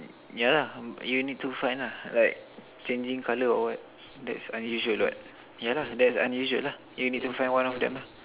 yeah lah you need to find lah like changing colour or what that's unusual what yeah lah that's unusual lah then you need to find one of them ah